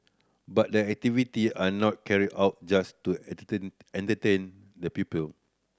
but the activity are not carried out just to entertain the pupil